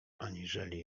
aniżeli